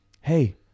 hey